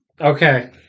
Okay